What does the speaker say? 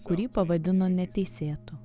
kurį pavadino neteisėtu